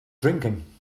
drinking